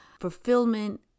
Fulfillment